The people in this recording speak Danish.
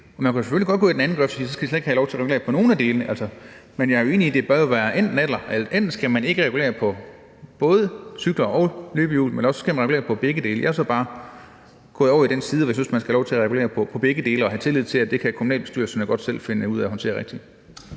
Man kan selvfølgelig godt gå i den anden grøft og sige, at så skal de slet ikke have lov til at regulere nogen af delene. Men jeg er jo enig i, at det bør være enten eller: Enten skal man ikke regulere hverken cykler og løbehjul, eller også skal man regulere begge dele. Jeg er så bare gået over til den side, hvor jeg synes, at man skal have lov til at regulere begge dele og have tillid til, at det kan kommunalbestyrelserne godt selv finde ud af at håndtere rigtigt.